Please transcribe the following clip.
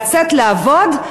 לצאת לעבוד.